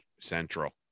Central